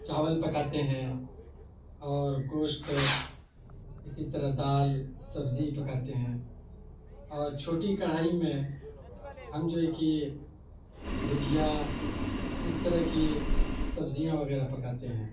چاول پکاتے ہیں اور گوشت اسی طرح دال سبزی پکاتے ہیں اور چھوٹی کڑھائی میں ہم جو ہے کہ بھجیا اس طرح کی سبزیاں وغیرہ پکاتے ہیں